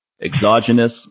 exogenous